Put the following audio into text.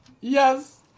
Yes